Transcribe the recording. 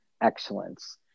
excellence